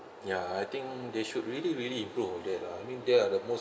ya I think they should really really improve on that lah I mean they are the most